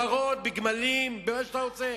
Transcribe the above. בעזים, בפרות, בגמלים ובמה שאתה רוצה,